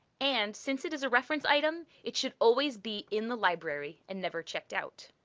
and since it is a reference item, it should always be in the library, and never checked out.